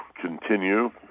continue